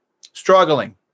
struggling